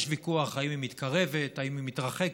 יש ויכוח אם היא מתקרבת, אם היא מתרחקת,